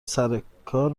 سرکار